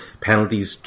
penalties